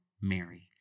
Mary